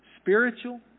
spiritual